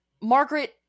Margaret